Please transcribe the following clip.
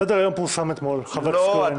סדר היום פורסם אתמול, חבר הכנסת כהן.